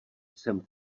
jsem